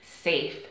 safe